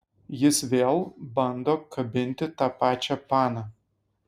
jis vėl bando kabinti tą pačią paną